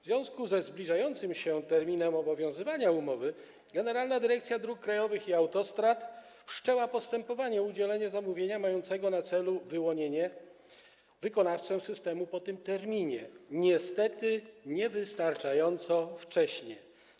W związku ze zbliżającym się terminem zakończenia obowiązywania tej umowy Generalna Dyrekcja Dróg Krajowych i Autostrad wszczęła postępowanie o udzielenie zamówienia mającego na celu wyłonienie wykonawcy systemu po tym terminie, niestety niewystarczająco wcześnie.